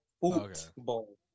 football